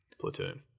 platoon